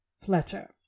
Fletcher